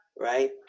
right